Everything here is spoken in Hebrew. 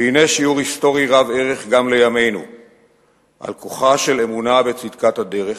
והנה שיעור היסטורי רב ערך גם לימינו על כוחה של אמונה בצדקת הדרך,